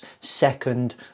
second